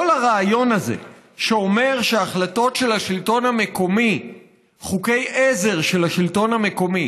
כל הרעיון הזה שאומר שהחלטות של השלטון המקומי וחוקי עזר של השלטון המקומי